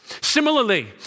Similarly